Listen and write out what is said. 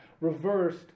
reversed